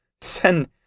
send